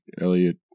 Elliot